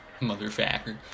Motherfucker